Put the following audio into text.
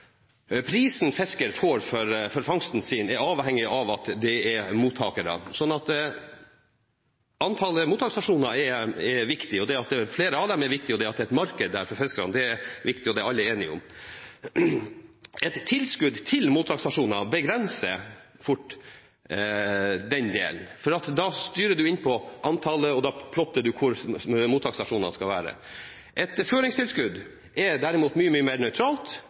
prisen fiskeren får for fangsten sin, er avhengig av at det er mottakere – så antallet mottaksstasjoner er viktig, det at det er flere av dem, er viktig, og det at det er et marked der for fiskerne, er viktig. Det er alle enige om. Et tilskudd til mottaksstasjoner begrenser fort den delen, for da styrer du inn på antallet, og da plotter du hvor mottaksstasjonene skal være. Et føringstilskudd er derimot mye mer nøytralt